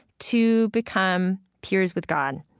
to become peers with god.